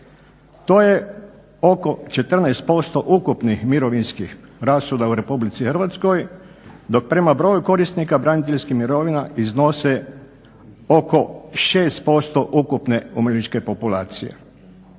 To je oko 14% ukupnih mirovinskih rashoda u RH dok prema broju korisnika braniteljskih mirovina iznose oko 6% ukupne umirovljeničke populacije.